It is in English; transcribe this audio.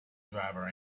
driver